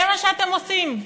זה מה שאתם עושים.